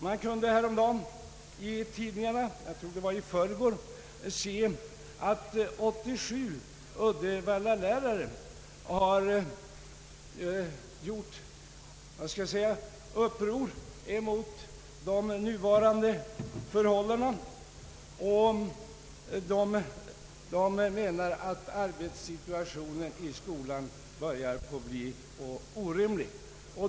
Man kunde häromdagen — jag tror att det var i förrgår — läsa i tidningarna att 87 Uddevallalärare har gjort uppror mot de nuvarande förhållandena. De anser att arbetssituationen i skolan börjar bli orimlig.